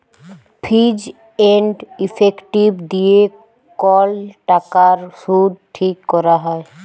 fees and effective দিয়ে কল টাকার শুধ ঠিক ক্যরা হ্যয়